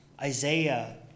Isaiah